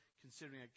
considering